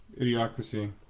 Idiocracy